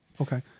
Okay